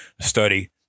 study